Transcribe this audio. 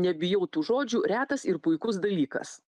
nebijau tų žodžių retas ir puikus dalykas